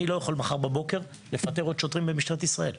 אני לא יכול מחר בבוקר לפטר עוד שוטרים במשטרת ישראל.